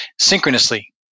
synchronously